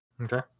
Okay